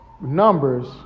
numbers